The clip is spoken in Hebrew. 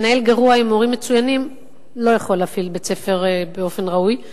מנהל גרוע עם מורים מצוינים לא יכול להפעיל בית-ספר באופן ראוי.